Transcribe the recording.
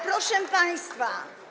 Proszę Państwa!